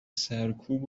سرکوب